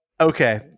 Okay